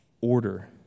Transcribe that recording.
order